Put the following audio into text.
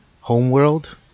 Homeworld